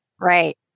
Right